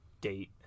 date